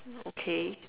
okay